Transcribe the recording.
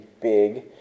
big